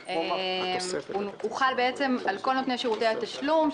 הוא חל על כל נותני שירותי התשלום.